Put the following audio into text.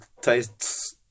tastes